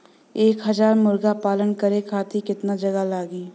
एक हज़ार मुर्गी पालन करे खातिर केतना जगह लागी?